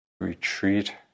Retreat